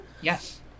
Yes